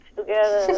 together